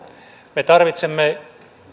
me tarvitsemme